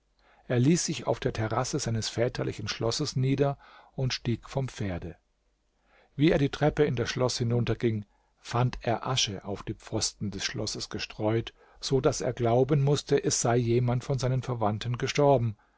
er ließ sich auf der terrasse seines väterlichen schlosses nieder und stieg vom pferde wie er die treppe in das schloß hinunterging fand er asche auf die pfosten des schlosses gestreut so daß er glauben mußte es sei jemand von seinen verwandten gestorben